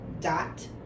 dot